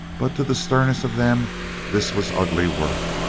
but to the sternest of them this was ugly work.